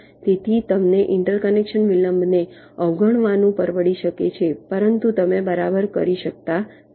તેથી તમને ઇન્ટરકનેક્શન વિલંબને અવગણવાનું પરવડી શકે છે પરંતુ તમે બરાબર કરી શકતા નથી